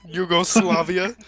Yugoslavia